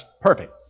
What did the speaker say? perfect